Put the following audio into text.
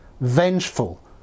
vengeful